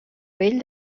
vell